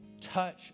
touch